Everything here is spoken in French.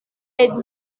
êtes